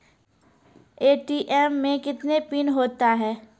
ATM मे कितने pin होता हैं?